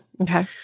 Okay